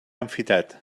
enfitat